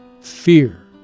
fear